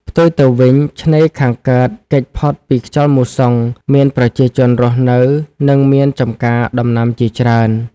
ផ្ទុយទៅវិញ ឆ្នេរខាងកើតគេចផុតពីខ្យល់មូសុង មានប្រជាជនរស់នៅ និង មានចំការដំណាំជាច្រើន ។